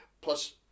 plus